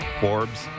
Forbes